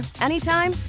anytime